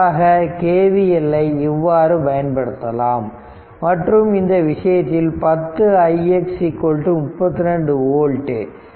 இதற்காக KVL ஐ இவ்வாறு பயன்படுத்தலாம் மற்றும் இந்த விஷயத்தில் 10 ix 32 ஓல்ட்